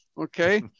Okay